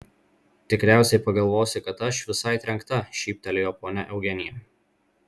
tikriausiai pagalvosi kad aš visai trenkta šyptelėjo ponia eugenija